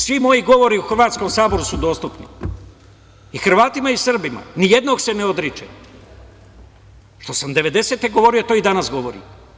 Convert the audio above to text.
Svi moji govori u Hrvatskom saboru su dostupni i Hrvatima i Srbima, nijednog se ne odričem, što sam devedesete godine govorio, to i danas govorim.